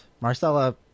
Marcella